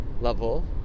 level